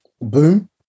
boom